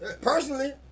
personally